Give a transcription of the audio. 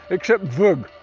except voggr,